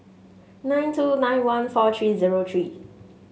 nine two nine one four three zero three